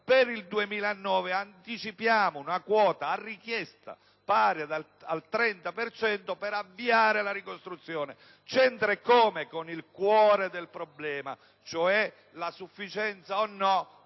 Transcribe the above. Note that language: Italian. per il 2009 dobbiamo anticipare una quota a richiesta, pari al 30 per cento, per avviare la ricostruzione. C'entra eccome con il cuore del problema, cioè la sufficienza o no